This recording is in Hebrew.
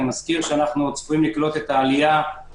אני מזכיר שאנחנו צפויים לקלוט את העולים